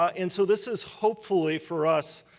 ah and so this is hopefully for us